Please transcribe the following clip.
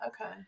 okay